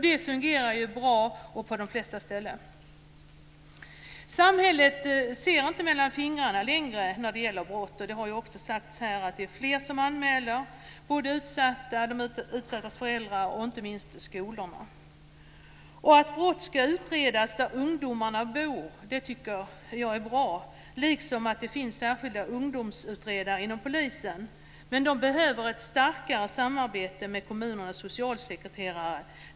Det fungerar bra på de flesta ställen. Samhället ser inte mellan fingrarna längre när det gäller brott. Det har också sagts här. Det är fler som anmäler - både de utsatta, deras föräldrar och, inte minst, skolorna. Att brott ska utredas där ungdomarna bor, tycker jag är bra, liksom att det finns särskilda ungdomsutredare inom polisen. Men de behöver ett starkare samarbete med kommunernas socialsekreterare.